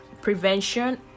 prevention